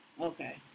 okay